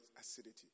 acidity